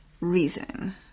reason